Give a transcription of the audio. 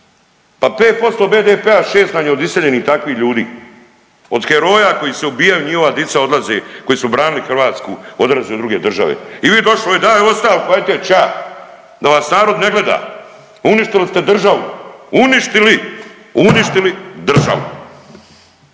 Pa 5% BDP-a, 6 nam je od iseljenih takvih ljudi, od heroja koji se ubijaju, njihova dica odlaze koji su branili Hrvatsku odlaze u druge države. I vi došli ovde, daj ostavku, hajte ča da vas narod ne gleda. Uništili ste državu! Uništili državu.